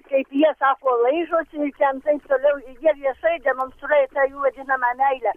kaip jie sako laižosi ir ten taip toliau ir jie viešai demonstruoja tą jų vadinamą meilę